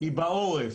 היא בעורף,